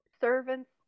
servants